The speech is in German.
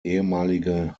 ehemaliger